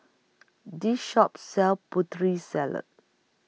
This Shop sells Putri Salad